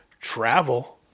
travel